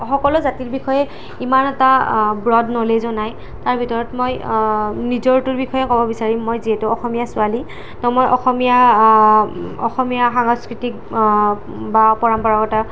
সকলো জাতিৰ বিষয়ে ইমান এটা ব্ৰট ন'লেজো নাই তাৰ ভিতৰত মই নিজৰটোৰ বিষয়ে ক'ব বিচাৰিম মই যিহেতু অসমীয়া ছোৱালী তো মই অসমীয়া অসমীয়া সাংস্কৃতিক বা পৰম্পৰাগত